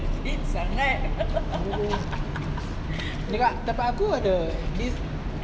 apa tu dekat tempat aku ada this